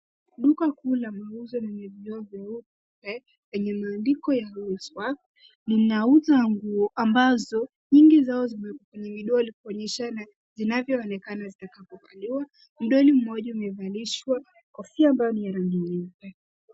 Duka kuu la muuzo lenye vioo nyeupe enye maandiko ya wolsworth linauza nguo amabazo nyingi zao kwenye kidoli kuonyeshana inavyoonekana zitakavyovaliwa mdoli moja imevalishwa kofia ambayo ni ya rangi nyeupe.